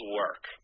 work